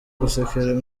gusekera